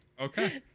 Okay